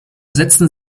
setzen